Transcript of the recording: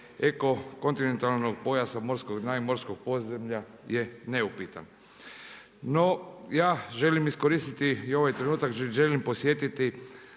eko kontinentalnog pojasa morskog dna i morskog podzemlja je neupitan. No, ja želim iskoristiti i ovaj trenutak, želim podsjetiti